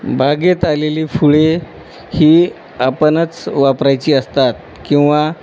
बागेत आलेली फुले ही आपणच वापरायची असतात किंवा